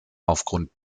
aufgrund